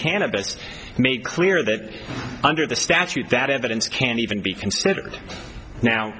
cannabis made clear that under the statute that evidence can even be considered now